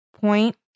point